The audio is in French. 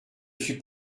suis